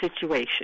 Situation